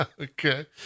okay